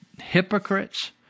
hypocrites